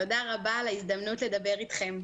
תודה רבה על ההזדמנות לדבר אתכם.